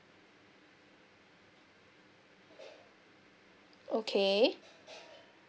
okay